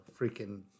freaking